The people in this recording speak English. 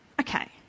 Okay